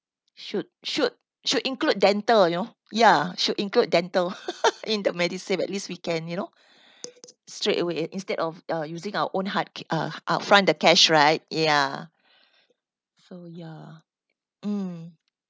should should should include dental you know ya should include dental in the medisave at least we can you know straight away instead of uh using our own hard uh upfront the cash right ya so ya mm